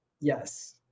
Yes